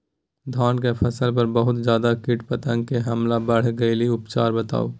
धान के फसल पर बहुत ज्यादा कीट पतंग के हमला बईढ़ गेलईय उपचार बताउ?